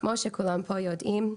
כמו שכולם פה יודעים,